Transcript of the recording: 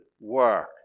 work